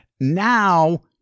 Now